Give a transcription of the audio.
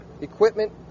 equipment